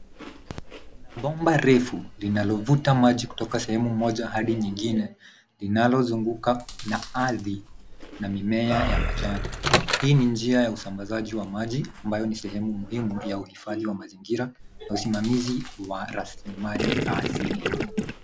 Bomba refu linalovuta maji kutoka sehemu maji hadi nyingine linalozunguka na ardhi na mimea ya majani. Hii ni njia ya usambazaji wa maji ambayo ni sehemu muhimu ya uhifadhi wa mazingira na usimamizi wa raslimali za asili.